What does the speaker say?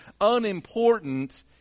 unimportant